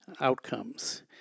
outcomes